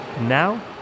Now